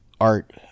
art